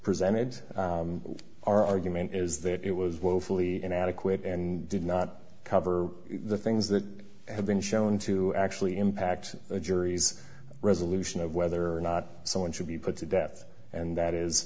presented our argument is that it was woefully inadequate and did not cover the things that have been shown to actually impact the jury's resolution of whether or not someone should be put to death and that is